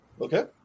Okay